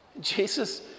Jesus